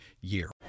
year